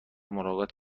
ملاقات